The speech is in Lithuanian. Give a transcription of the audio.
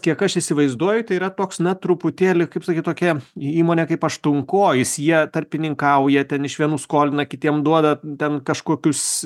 kiek aš įsivaizduoju tai yra toks na truputėlį kaip sakyt tokia įmonė kaip aštuonkojis jie tarpininkauja ten iš vienų skolina kitiem duoda ten kažkokius